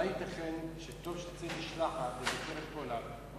אולי ייתכן שטוב שתצא משלחת לבקר את פולארד,